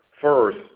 First